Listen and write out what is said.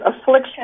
affliction